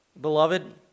Beloved